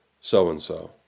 so-and-so